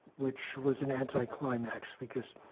which was an anticlimax, because